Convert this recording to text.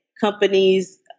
companies